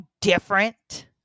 different